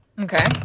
Okay